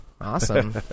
Awesome